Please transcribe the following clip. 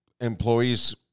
employees